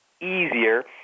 easier